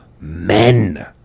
men